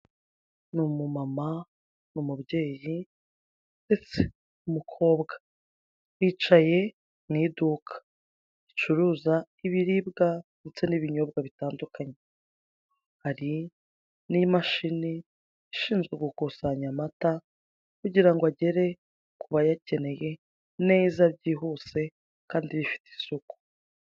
Ni umumama, ni umubyeyi ndetse umukobwa bicaye mu iduka ricuruza ibiribwa ndetse n'ibinyobwa bitandukanye, hari n'imashini ishinzwe gukusanya amata kugira ngo agere ku bayakeneye neza byihuse kandi bifite isuku.